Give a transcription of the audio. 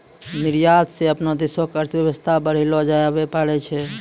निर्यात स अपनो देश के अर्थव्यवस्था बढ़ैलो जाबैल पारै छै